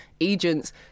Agents